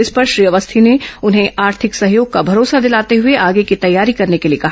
इस पर श्री अवस्थी ने उसे आर्थिक सहयोग का भरोसा दिलाते हुए आगे की तैयारी करने के लिए कहा